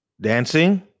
dancing